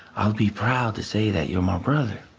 i'll be proud to say that you're my brother.